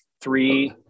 three